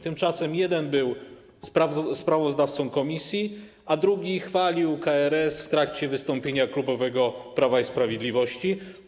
Tymczasem jeden był sprawozdawcą komisji, a drugi chwalił KRS w trakcie wystąpienia klubowego Prawa i Sprawiedliwości.